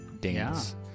dance